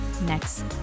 next